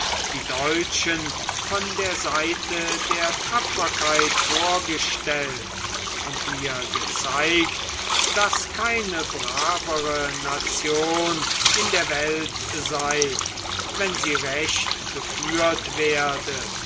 die deutschen von der seite der tapferkeit vorgestellt und mir gezeigt daß keine bravere nation in der welt sei wenn sie recht geführt werde